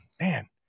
man